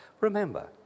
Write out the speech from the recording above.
remember